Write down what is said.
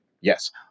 Yes